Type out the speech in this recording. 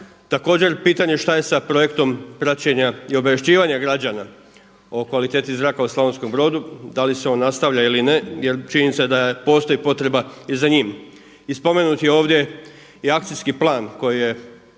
Također pitanje šta je sa projektom praćenja i obavješćivanja građana o kvaliteti zraka u Slavonskom Brodu, da li se on nastavlja ili ne jer čini mi se da postoji potreba i za njim. I spomenut je ovdje i akcijski plan koji je